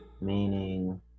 Meaning